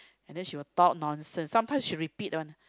and then she will talk nonsense sometimes she repeats one